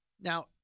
Now